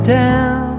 down